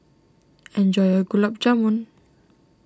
enjoy your Gulab Jamun